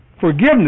forgiveness